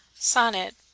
Sonnet